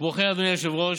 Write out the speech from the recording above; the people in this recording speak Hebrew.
כמו כן, אדוני היושב-ראש,